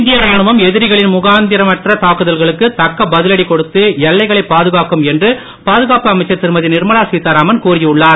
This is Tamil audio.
இந்திய ராணுவம் எதிரிகளின் முகாந்திரமற்ற தாக்குதல்களுக்கு தக்க பதிலடி கொடுத்து எல்லைகளை பாதுகாக்கும் என்று பாதுகாப்பு அமைச்சர் திருமதி நிர்மலா சீதாராமன் கூறியுள்ளார்